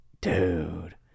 Dude